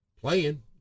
playing